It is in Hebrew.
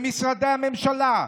במשרדי הממשלה,